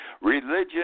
Religion